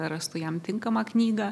rastų jam tinkamą knygą